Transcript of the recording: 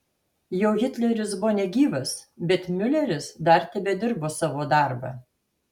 jau hitleris buvo negyvas bet miuleris dar tebedirbo savo darbą